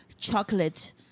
chocolate